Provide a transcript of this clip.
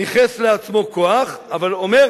ניכס לעצמו כוח, אבל אומר